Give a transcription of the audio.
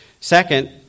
Second